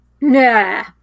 Nah